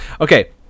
okay